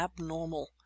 abnormal